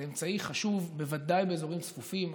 זה אמצעי חשוב, בוודאי באזורים צפופים,